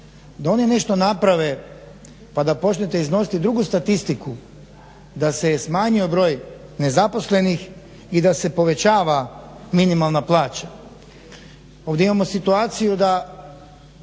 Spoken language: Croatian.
da oni nešto naprave pa da počnete iznositi drugu statistiku da se je smanjio broj nezaposlenih i da se povećava minimalna plaća. Ovdje imamo situaciju da